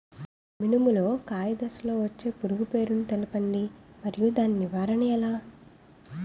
మినుము లో కాయ దశలో వచ్చే పురుగు పేరును తెలపండి? మరియు దాని నివారణ ఎలా?